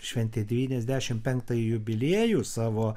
šventė devyniasdešimt penktąjį jubiliejų savo